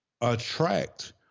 attract